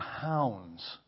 pounds